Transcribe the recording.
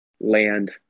land